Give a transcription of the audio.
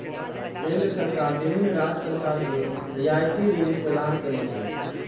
केंद्र सरकार विभिन्न राज्य सरकार कें रियायती ऋण प्रदान करै छै